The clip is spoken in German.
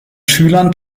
schülern